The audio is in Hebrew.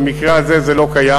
במקרה הזה זה לא קיים.